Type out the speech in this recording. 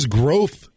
growth